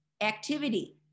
activity